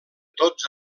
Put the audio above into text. tots